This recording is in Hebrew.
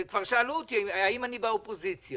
כבר שאלו אותי אם אני באופוזיציה.